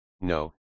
no